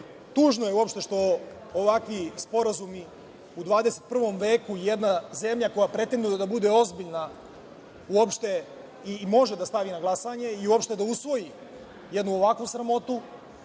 je, uopšte, što ovakve sporazume u 21. veku, jedna zemlja koja pretenduje da bude ozbiljna, uopšte, i može da stavi na glasanje, i, uopšte, da usvoji ovakvu jednu sramotu.